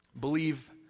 believe